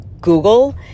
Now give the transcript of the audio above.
Google